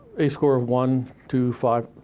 a score of one, two, five.